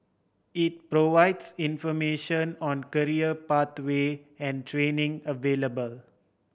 it provides information on career pathway and training available